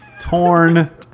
Torn